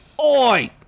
Oi